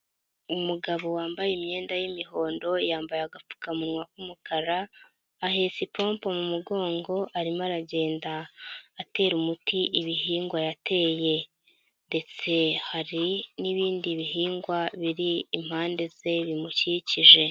Umugabo wambaye imyenda y'imihondo, yambaye agapfukamunwa k'umukara, ahetse ipompo mu mugongo arimo aragenda atera umuti ibihingwa yateye ndetse hari n'ibindi bihingwa biri impande ze bimukikije.